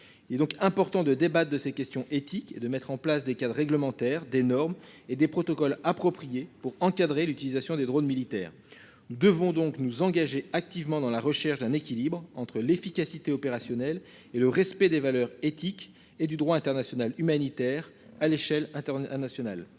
Il est donc important de débats de ces questions éthiques et de mettre en place des quatre réglementaire des normes et des protocoles appropriés pour encadrer l'utilisation des drone militaire. Nous devons donc nous engager activement dans la recherche d'un équilibre entre l'efficacité opérationnelle et le respect des valeurs éthiques et du droit international humanitaire à l'échelle hein ah National.